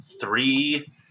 three